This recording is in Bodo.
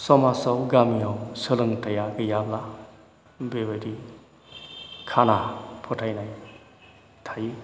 समाजाव गामियाव सोलोंथाइआ गैयाब्ला बेबायदि खाना फोथायनाय थायो